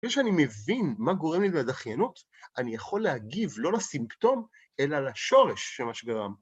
כשאני מבין מה גורם לי לדחיינות, אני יכול להגיב לא לסימפטום, אלא לשורש של מה שגרם.